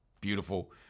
Beautiful